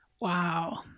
Wow